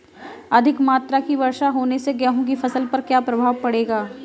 अधिक मात्रा की वर्षा होने से गेहूँ की फसल पर क्या प्रभाव पड़ेगा?